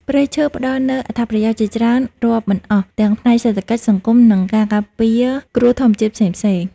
ព្រៃឈើផ្តល់នូវអត្ថប្រយោជន៍ជាច្រើនរាប់មិនអស់ទាំងផ្នែកសេដ្ឋកិច្ច សង្គម និងការការពារគ្រោះធម្មជាតិផ្សេងៗ។